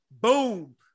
Boom